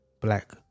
black